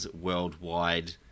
worldwide